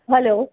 hello